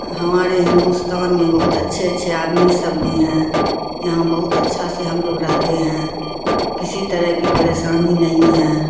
ہمارے ہندوستان میں بہت اچھے اچھے آدمی سب بھی ہیں یہاں بہت اچھا سے ہم لوگ رہتے ہیں کسی طرح کی پریشانی نہیں ہے